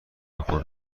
خود